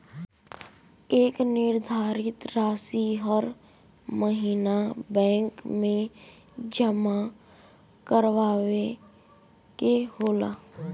एक निर्धारित रासी हर महीना बैंक मे जमा करावे के होला